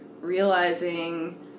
realizing